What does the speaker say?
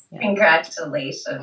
Congratulations